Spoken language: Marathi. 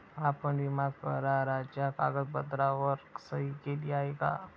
आपण विमा कराराच्या कागदपत्रांवर सही केली आहे का?